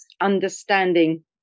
understanding